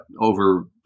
over